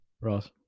Ross